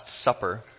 Supper